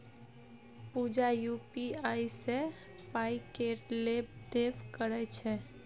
पुजा UPI सँ पाइ केर लेब देब करय छै